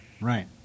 right